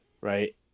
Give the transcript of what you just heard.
right